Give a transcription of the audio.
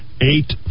eight